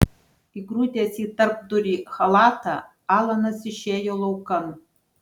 įgrūdęs į tarpdurį chalatą alanas išėjo laukan